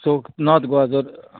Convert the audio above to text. so north Goa जोर